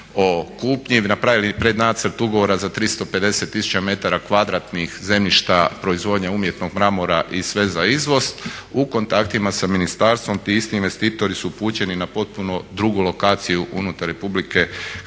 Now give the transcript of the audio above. o kupnji, napravili prednacrt ugovora za 350 tisuća metara kvadratnih zemljišta proizvodnje umjetnog mramora i sve za izvoz. U kontaktima sa ministarstvom ti isti investitori su upućeni na potpuno drugu lokaciju unutar Republike Hrvatske